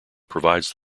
provides